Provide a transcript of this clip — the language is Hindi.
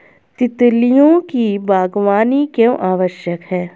तितलियों की बागवानी क्यों आवश्यक है?